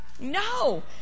No